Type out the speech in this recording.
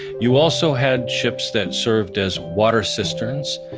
you also had ships that served as water cisterns.